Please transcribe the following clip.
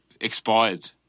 expired